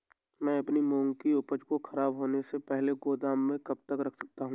मैं अपनी मूंग की उपज को ख़राब होने से पहले गोदाम में कब तक रख सकता हूँ?